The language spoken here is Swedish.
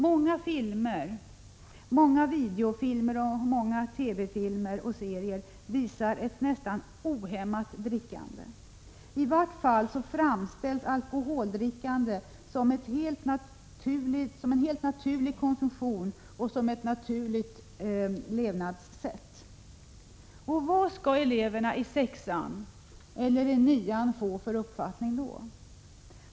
Många filmer, många videofilmer och många TV-filmer och serier visar ett nästa ohämmat drickande. I vart fall framställs alkoholdrickande som ett helt naturligt konsumtionsoch levnadssätt. Och vad skall då eleverna i sexan eller nian få för uppfattning?